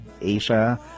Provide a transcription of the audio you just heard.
Asia